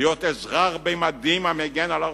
להיות אזרח במדים המגן על ארצו.